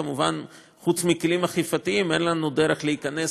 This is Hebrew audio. מובן שחוץ מכלים אכיפתיים אין לנו דרך להיכנס